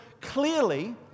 clearly